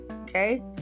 Okay